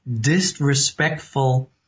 disrespectful